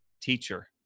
teacher